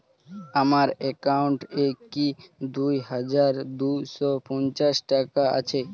আমার অ্যাকাউন্ট এ কি দুই হাজার দুই শ পঞ্চাশ টাকা আছে?